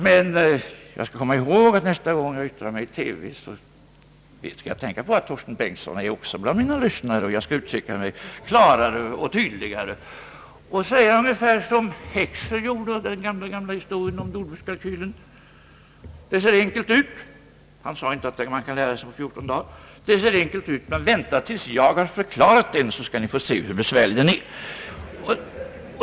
Men nästa gång jag yttrar mig i TV skall jag tänka på att herr Torsten Bengtson också är bland mina lyssnare. Jag skall då uttrycka mig klarare och tydligare och säga ungefär som herr Heckscher enligt den gamla historien sade om jordbrukskalkylen: Det ser enkelt ut — han sade inte att man kan lära sig den på 14 dagar — men vänta tills jag har förklarat den, så skall ni få se hur besvärlig den är!